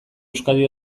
euskadi